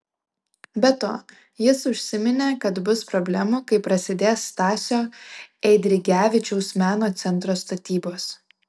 be to jis užsiminė kad bus problemų kai prasidės stasio eidrigevičiaus meno centro statybos